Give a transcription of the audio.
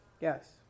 Yes